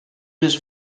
més